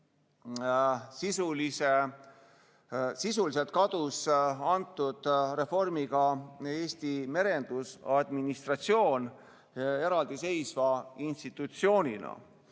Sisuliselt kadus selle reformiga Eesti merendusadministratsioon eraldiseisva institutsioonina.